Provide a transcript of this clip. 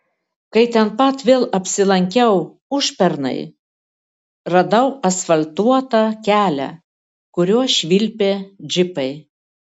kai ten pat vėl apsilankiau užpernai radau asfaltuotą kelią kuriuo švilpė džipai